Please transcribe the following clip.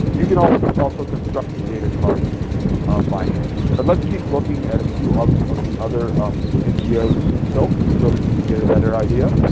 you can um also construct the data cards by hand. but let's keep looking at a few of of the other um ngo's silks so that you can get a better idea.